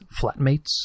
flatmates